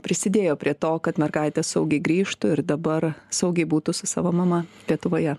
prisidėjo prie to kad mergaitės saugiai grįžtų ir dabar saugiai būtų su savo mama lietuvoje